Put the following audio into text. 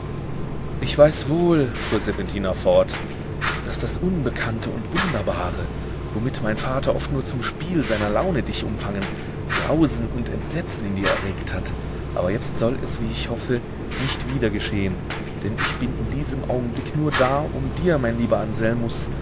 ich weiß wohl fuhr serpentina fort daß das unbekannte und wunderbare womit mein vater oft nur zum spiel seiner laune dich umfangen grausen und entsetzen in dir erregt hat aber jetzt soll es wie ich hoffe nicht wieder geschehen denn ich bin in diesem augenblick nur da um dir mein lieber